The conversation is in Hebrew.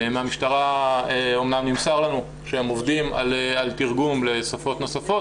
מהמשטרה אומנם נמסר לנו שהם עובדים על תרגום לשפות נוספות